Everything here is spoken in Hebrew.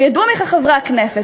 וידעו מכך חברי הכנסת,